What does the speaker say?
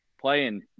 playing